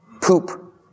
poop